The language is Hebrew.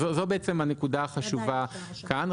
זו בעצם הנקודה החשובה כאן.